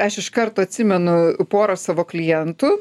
aš iš karto atsimenu pora savo klientų